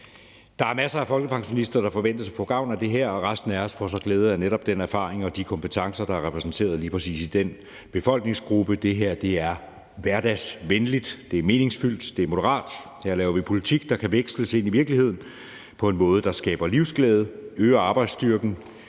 Der er masser af folkepensionister, der forventes at få gavn af det her, og resten af os får så glæde af netop den erfaring og de kompetencer, der er repræsenteret i lige præcis den befolkningsgruppe. Det her er hverdagsvenligt, det er meningsfyldt, det er moderat. Her laver vi politik, der kan veksles ind i virkeligheden på en måde, der skaber livsglæde, øger arbejdsstyrken,